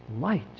light